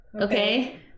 okay